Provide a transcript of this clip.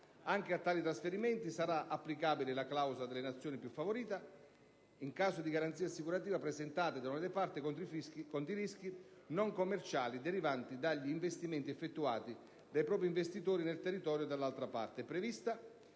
anche a tali trasferimenti sarà applicabile la clausola della Nazione più favorita. In caso di garanzia assicurativa prestata da una delle parti contro i rischi non commerciali derivanti dagli investimenti effettuati dai propri investitori nel territorio dell'altra parte